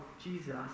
Jesus